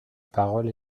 parole